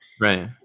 Right